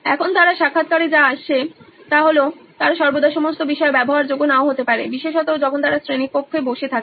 এখন তারা সাক্ষাৎকারে যা আসে তা হল তারা সর্বদা সমস্ত বিষয়ে ব্যবহারযোগ্য নাও হতে পারে বিশেষত যখন তারা শ্রেণিকক্ষে বসে থাকে